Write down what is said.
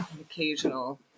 occasional